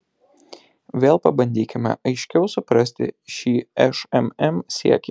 vėl pabandykime aiškiau suprasti šį šmm siekį